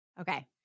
Okay